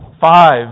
Five